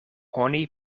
oni